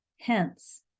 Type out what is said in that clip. Hence